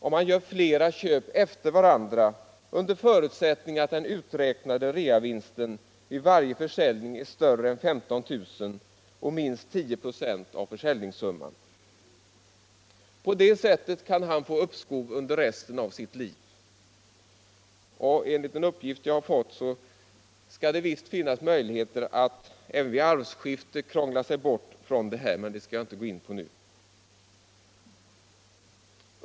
om han gör flera köp efter varandra, under förutsättning att den uträknade reavinsten vid varje försäljning är större än 15 000 kr. och minst 10 26 av försäljningssumman. På det sättet kan han få uppskov under resten av sitt liv. Enligt en uppgift som jag fått skall det också finnas möjligheter att vid arvskifte krångla sig bort från detta, men det tänker jag inte gå in på nu.